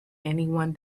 anyone